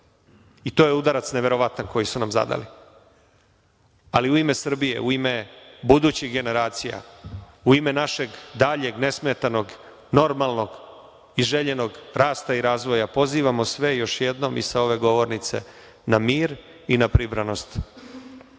To je udarac neverovatan koji su nam zadali, ali u ime Srbije, u ime budućih generacija, u ime našeg dalje nesmetanog, normalnog i željenog rasta i razvoja, pozivamo sve još jednom i sa ove govornice na mir i na pribranost.